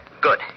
Good